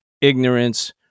ignorance